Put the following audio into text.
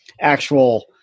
actual